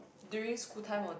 during school time or